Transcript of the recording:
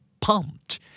pumped